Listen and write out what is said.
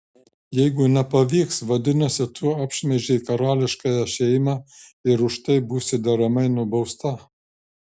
jeigu nepavyks vadinasi tu apšmeižei karališkąją šeimą ir už tai būsi deramai nubausta